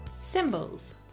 Symbols